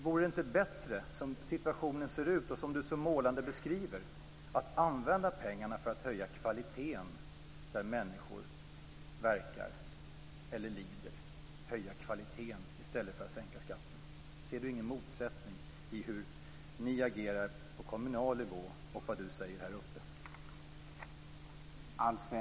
Vore det inte bättre att, som situationen ser ut och som du så målande beskriver, använda pengarna till att höja kvaliteten där människor verkar, eller lider; detta i stället för att sänka skatterna? Ser du ingen motsättning mellan hur ni agerar på kommunal nivå och vad du säger här uppe?